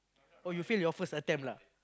oh you fail your first attempt lah